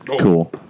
cool